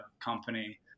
company